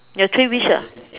ya three wish lah